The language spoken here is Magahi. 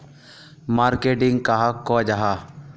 मार्केटिंग कहाक को जाहा?